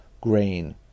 grain